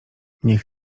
niech